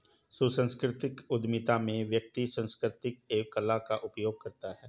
सांस्कृतिक उधमिता में व्यक्ति संस्कृति एवं कला का उपयोग करता है